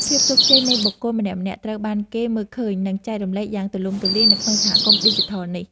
ភាពជោគជ័យនៃបុគ្គលម្នាក់ៗត្រូវបានគេមើលឃើញ និងចែករំលែកយ៉ាងទូលំទូលាយនៅក្នុងសហគមន៍ឌីជីថលនេះ។